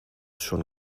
schon